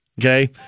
Okay